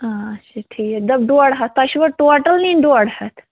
آچھا ٹھیٖک دَپ ڈۄڈ ہَتھ تۄہہِ چھُوا ٹوٹَل نِنۍ ڈۄڈ ہَتھ